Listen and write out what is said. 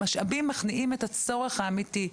המשאבים מכניעים את הצורך האמיתי.